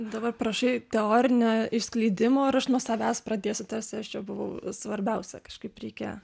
dabar prašai teorinio išskleidimo ir aš nuo savęs pradėsiu tarsi aš čia buvau svarbiausia kažkaip reikia